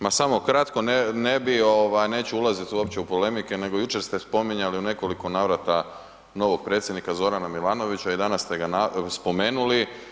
Ma samo kratko, ne bi ovaj, neću ulazit uopće u polemike, nego jučer ste spominjali u nekoliko navrata novog predsjednika Zorana Milanovića i danas ste ga spomenuli.